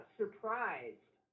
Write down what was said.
surprised